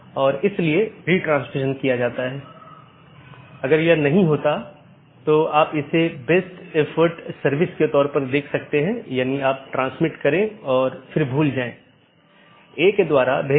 तो इसका मतलब है अगर मैं AS1 के नेटवर्क1 से AS6 के नेटवर्क 6 में जाना चाहता हूँ तो मुझे क्या रास्ता अपनाना चाहिए